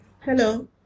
Hello